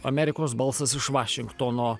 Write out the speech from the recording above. amerikos balsas iš vašingtono